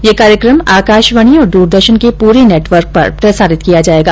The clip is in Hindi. यह कार्यक्रम आकाशवाणी और दूरदर्शन के पूरे नेटवर्क पर प्रसारित किया जाएगा